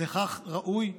וכך ראוי שיהיה.